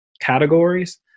categories